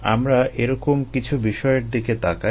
আমরা এরকম কিছু বিষয়ের দিকে তাকাই